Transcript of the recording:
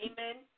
Amen